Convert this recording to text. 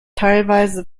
teilweise